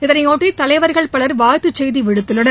இதனையொட்டி தலைவர்கள் பலர் வாழ்த்துச் செய்தி விடுத்துள்ளனர்